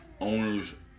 owners